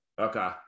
okay